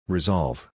Resolve